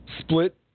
split